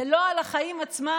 זה לא על החיים עצמם,